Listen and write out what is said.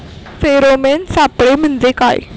Pheromone सापळे म्हंजे काय?